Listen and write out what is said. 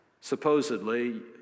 supposedly